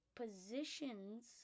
positions